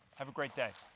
have a great day.